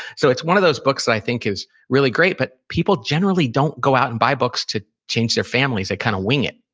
so it's one of those books, i think, is really great. but people generally don't go out and buy books to change their families. they kind of wing it,